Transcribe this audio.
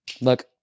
look